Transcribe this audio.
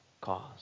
cause